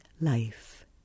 life